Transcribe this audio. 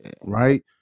Right